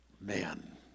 man